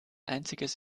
einziges